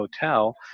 hotel